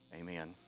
Amen